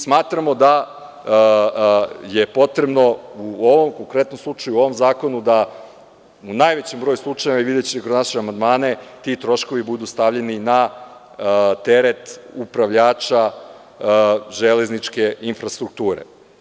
Smatramo da je potrebno u ovom konkretnom slučaju, u ovom zakonu da u najvećem broju slučajeva, i videćemo i kroz naše amandmane, ti troškovi budu stavljeni na teret upravljača železničke infrastrukture.